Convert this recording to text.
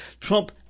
Trump